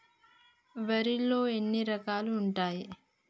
వరిలో ఎన్ని రకాలు ఉంటాయి?